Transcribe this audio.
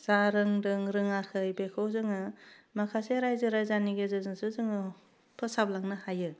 जा रोंदों रोङाखै बेखौ जोङो माखासे रायजो राजानि गेजेरजोंसो जोङो फोसाबलांनो हायो